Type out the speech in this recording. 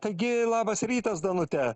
taigi labas rytas danute